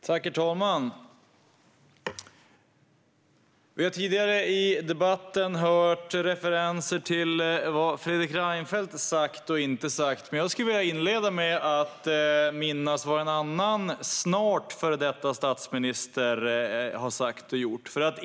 Herr talman! Vi har tidigare i debatten hört referenser till vad Fredrik Reinfeldt sagt och inte sagt. Jag skulle vilja inleda med att minnas vad en annan och snart före detta statsminister har sagt och gjort.